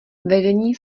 vedení